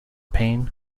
pain